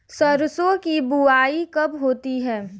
सरसों की बुआई कब होती है?